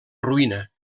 ruïna